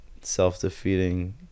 self-defeating